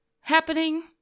happening